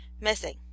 missing